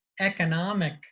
Economic